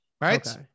Right